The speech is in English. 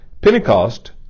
Pentecost